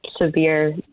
severe